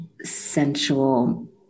sensual